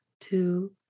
Two